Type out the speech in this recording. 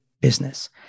business